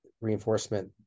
reinforcement